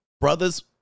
Brothers